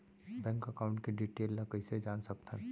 Bank account के detail ल कइसे जान सकथन?